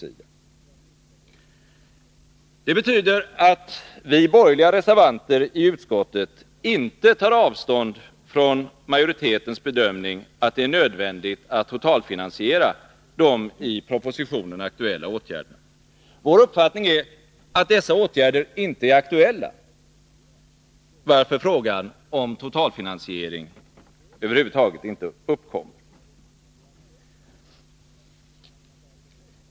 Det betyder att vi borgerliga reservanter i utskottet inte tar avstånd från majoritetens bedömning att det är nödvändigt att totalfinansiera de i propositionen aktuella åtgärderna. Vår uppfattning är att dessa åtgärder inte är aktuella, varför frågan om totalfinansiering över huvud taget inte uppkommer.